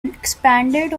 expanded